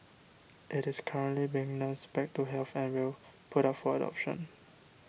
it is currently being nursed back to health and will put up for adoption